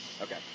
Okay